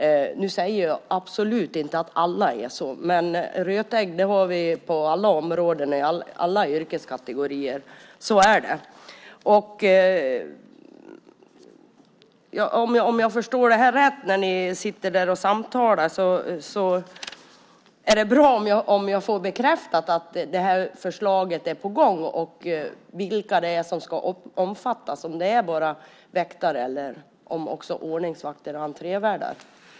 Nu säger jag absolut inte att alla är sådana, men det finns rötägg på alla områden och i alla yrkeskategorier. Så är det. Det är bra om jag får bekräftat att det här förslaget är på gång även om ni sitter där och samtalar. Vilka är det som ska omfattas? Är det bara väktare? Eller omfattas ordningsvakter och entrévärdar också?